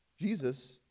Jesus